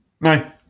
No